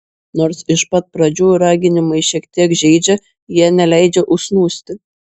nors iš pat pradžių raginimai šiek tiek žeidžia jie neleidžia užsnūsti